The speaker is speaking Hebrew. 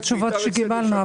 להסתכל.